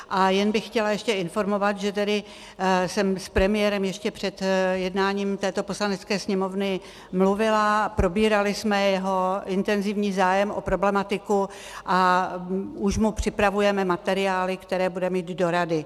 A jen bych chtěla ještě informovat, že jsem s premiérem ještě před jednáním této Poslanecké sněmovny mluvila, probírali jsme jeho intenzivní zájem o problematiku a už mu připravujeme materiály, které bude mít do Rady.